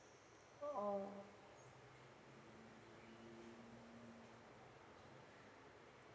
uh